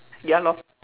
ya lor